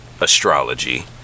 astrology